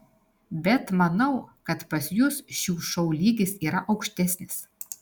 bet manau kad pas jus šių šou lygis yra aukštesnis